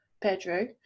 Pedro